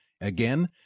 Again